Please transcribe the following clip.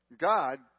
God